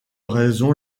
raison